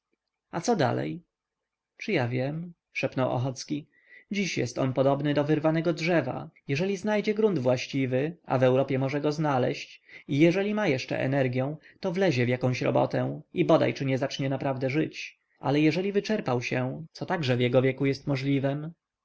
a co dalej czy ja wiem szepnął ochocki dziś jest on podobny do wyrwanego drzewa jeżeli znajdzie grunt właściwy a w europie może go znaleźć i jeżeli ma jeszcze energią to wlezie w jakąś robotę i bodaj czy nie zacznie naprawdę żyć ale jeżeli wyczerpał się co także w jego wieku jest możliwem